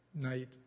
night